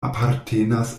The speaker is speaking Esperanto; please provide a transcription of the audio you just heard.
apartenas